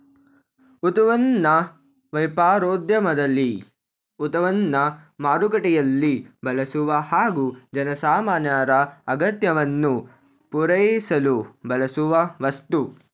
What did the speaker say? ಉತ್ಪನ್ನ ವ್ಯಾಪಾರೋದ್ಯಮದಲ್ಲಿ ಉತ್ಪನ್ನ ಮಾರುಕಟ್ಟೆಯಲ್ಲಿ ಬಳಸುವ ಹಾಗೂ ಜನಸಾಮಾನ್ಯರ ಅಗತ್ಯವನ್ನು ಪೂರೈಸಲು ಬಳಸುವ ವಸ್ತು